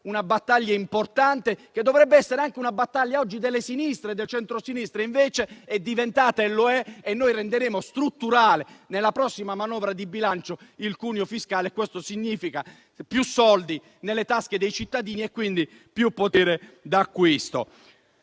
una battaglia importante, che dovrebbe essere anche delle sinistre e del centrosinistra, invece è diventata nostra e noi renderemo strutturale, nella prossima manovra di bilancio, il cuneo fiscale. Questo significa più soldi nelle tasche dei cittadini e quindi più potere d'acquisto.